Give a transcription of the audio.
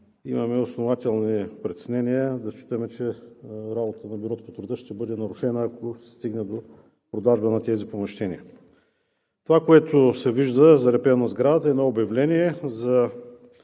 имаме основателни притеснения да считаме, че работата на Бюрото по труда ще бъде нарушена, ако се стигне до продажба на тези помещения. Това, което се вижда залепено на сградата, е едно обявление за